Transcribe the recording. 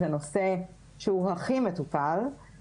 זה נושא שהוא הכי מטופל.